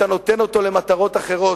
ואתה נותן אותו למטרות אחרות.